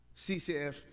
CCF